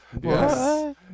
Yes